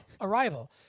Arrival